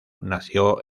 nació